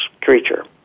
creature